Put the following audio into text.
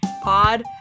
pod